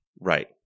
Right